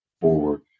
forward